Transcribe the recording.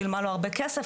שילמה לו הרבה כסף,